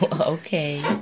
Okay